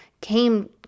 came